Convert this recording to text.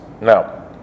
Now